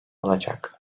olacak